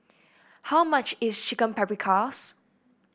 how much is Chicken Paprikas